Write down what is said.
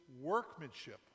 workmanship